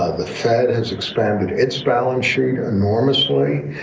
ah the fed has expanded its balance sheet enormously.